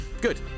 good